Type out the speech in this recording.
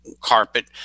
carpet